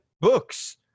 books